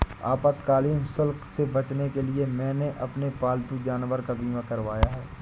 आपातकालीन शुल्क से बचने के लिए मैंने अपने पालतू जानवर का बीमा करवाया है